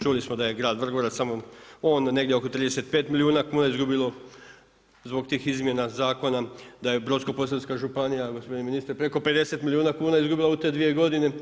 Čuli smo da je grad Vrgorac, samo on negdje oko 35 milijuna kuna izgubilo zbog tih izmjena zakona, da je Brodsko-posavska županija, gospodine ministre preko 50 milijuna kuna izgubila u te dvije godine.